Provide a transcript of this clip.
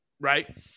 right